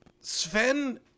Sven